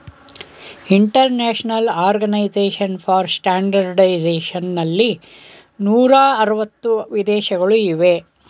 international organization for standardization ನಲ್ಲಿ ನೂರ ಅರವತ್ತು ವಿದೇಶಗಳು ಇವೆ